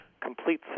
complete